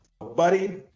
Buddy